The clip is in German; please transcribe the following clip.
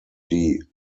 die